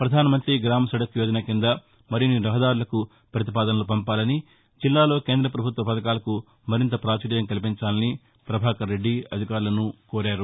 ప్రధాన మంతి గ్రామ సడక్ యోజన కింద మరిన్ని రహదారులకు ప్రతిపాదనలు పంపాలని జిల్లాలో కేంద్ర ప్రభుత్వ పథకాలకు మరింత పాచుర్యం కల్పించాలని పభాకర్ రెడ్డి అధికారులను కోరారు